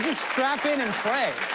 strap in and pray.